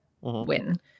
win